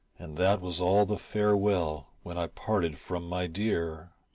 and that was all the farewell when i parted from my dear.